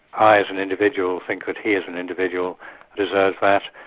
i as an individual think that he as an individual deserves that,